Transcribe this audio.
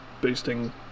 boosting